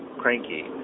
cranky